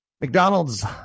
McDonald's